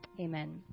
amen